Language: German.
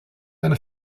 einer